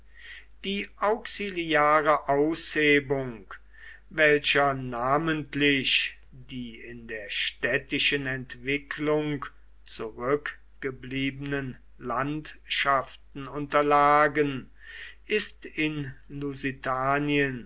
die auxiliare aushebung welcher namentlich die in der städtischen entwicklung zurückgebliebenen landschaften unterlagen ist in